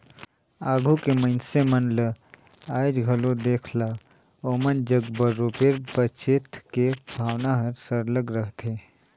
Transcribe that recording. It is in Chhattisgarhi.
आघु के मइनसे मन ल आएज घलो देख ला ओमन जग बरोबेर बचेत के भावना हर सरलग रहथे